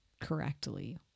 correctly